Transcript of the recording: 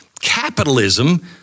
capitalism